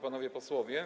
Panowie Posłowie!